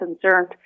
concerned